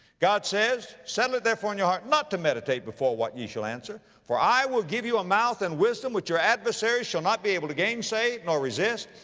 god says, settle it therefore in your hearts, not to meditate before what ye shall answer for i will give you a mouth and wisdom, which your adversaries shall not be able to gainsay nor resist.